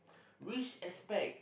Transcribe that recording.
which aspect